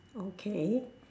okay